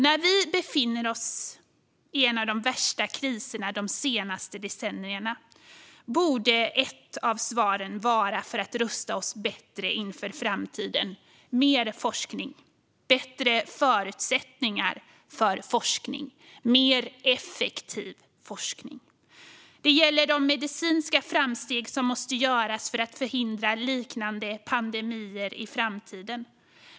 När vi befinner oss i en av de värsta kriserna de senaste decennierna borde ett av svaren för att rusta oss bättre inför framtiden vara mer forskning, bättre förutsättningar för forskning och mer effektiv forskning. Det gäller de medicinska framsteg som måste göras för att förhindra liknande pandemier i framtiden.